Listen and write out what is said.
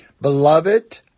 Beloved